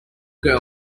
girl